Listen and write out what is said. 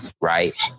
right